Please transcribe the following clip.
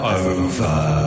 over